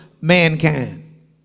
mankind